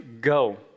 go